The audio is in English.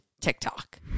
TikTok